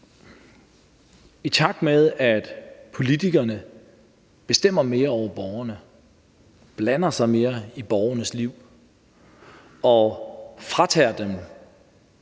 i takt med at politikerne bestemmer mere over borgerne, blander sig mere i borgernes liv og fratager dem